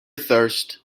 thirst